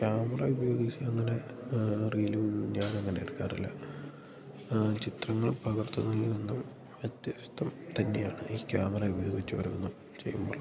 camera ഉപയോഗിച്ച് അങ്ങനെ റീലൊന്നും ഞാനങ്ങനെ എടുക്കാറില്ല ചിത്രങ്ങൾ പകർത്തുന്നതിൽ നിന്നും വ്യത്യസ്തം തന്നെയാണ് ഈ ക്യാമറ ഉപയോഗിച്ച് ഓരോന്ന് ചെയ്യുമ്പോൾ